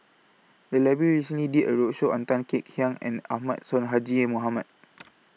The Library recently did A roadshow on Tan Kek Hiang and Ahmad Sonhadji Mohamad